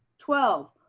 twelve,